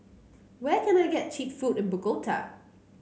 where can I get cheap food in Bogota